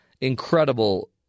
incredible